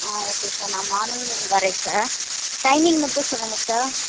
ஆ okay sir நான் morning வரேன் sir timing மட்டும் சொல்லுங்க சார்